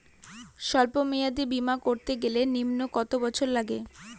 সল্প মেয়াদী বীমা করতে গেলে নিম্ন কত বছর লাগে?